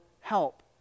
help